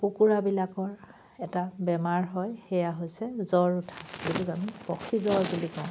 কুকুৰা বিলাকৰ এটা বেমাৰ হয় সেয়া হৈছে জ্বৰ উঠা বহুত আমি পক্ষী জ্বৰ বুলি কওঁ